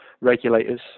regulators